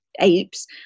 apes